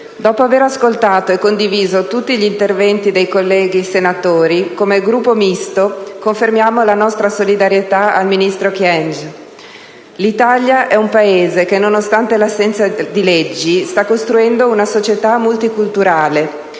dopo aver ascoltato e condiviso tutti gli interventi dei colleghi senatori, come Gruppo Misto confermiamo la nostra solidarietà alla ministra Kyenge. L'Italia è un Paese che, nonostante l'assenza di leggi, sta costruendo una società multiculturale.